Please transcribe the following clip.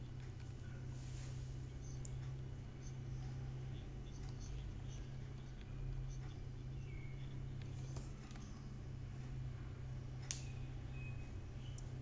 mhm